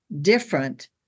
different